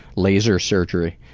laser surgery.